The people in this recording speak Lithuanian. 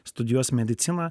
studijuos mediciną